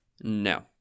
No